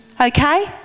Okay